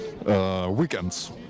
Weekends